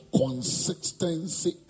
consistency